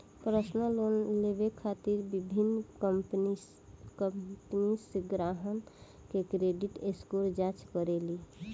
personal loan देवे खातिर विभिन्न कंपनीसन ग्राहकन के क्रेडिट स्कोर जांच करेली